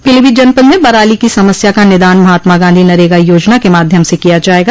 पीलीभीत जनपद में पराली की समस्या का निदान महात्मा गांधी नरेगा योजना के माध्यम से किया जायेगा